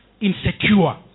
insecure